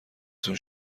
تون